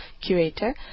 curator